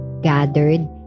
gathered